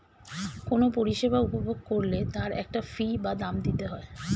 কোনো পরিষেবা উপভোগ করলে তার একটা ফী বা দাম দিতে হয়